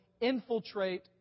infiltrate